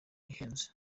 ihenze